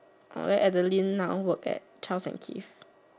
orh then Adeline now work at Charles and Keith